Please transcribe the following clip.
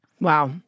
Wow